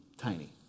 tiny